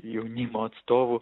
jaunimo atstovų